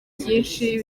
byinshi